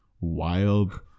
wild